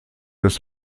des